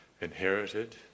inherited